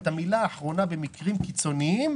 את המילה האחרונה במקרים קיצוניים,